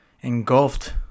engulfed